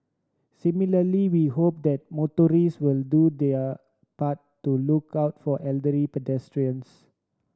similarly we hope that motorist will do their part to look out for elderly pedestrians